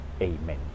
Amen